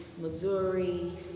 Missouri